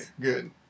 good